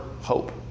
hope